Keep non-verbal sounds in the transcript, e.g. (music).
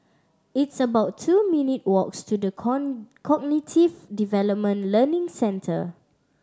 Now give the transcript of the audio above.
it's about two minute' walks to The (unintelligible) Cognitive Development Learning Centre